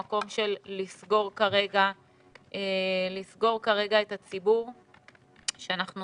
במקום של לסגור כרגע את הציבור שאנחנו